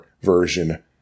version